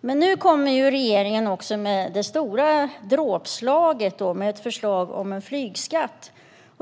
Men nu kommer regeringen med det stora dråpslaget: ett förslag om en flygskatt.